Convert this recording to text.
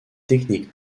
technique